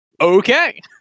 Okay